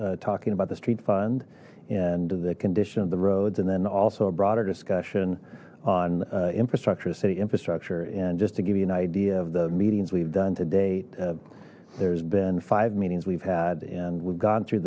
talking about the street fund and the condition of the roads and then also a broader discussion on infrastructure city infrastructure and just to give you an idea of the meetings we've done to date there's been five meetings we've had and we've gone through